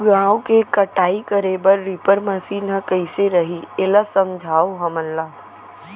गेहूँ के कटाई करे बर रीपर मशीन ह कइसे रही, एला समझाओ हमन ल?